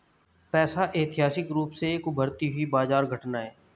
पैसा ऐतिहासिक रूप से एक उभरती हुई बाजार घटना है